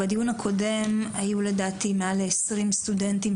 בדיון הקודם היו לדעתי מעל לעשרים סטודנטים,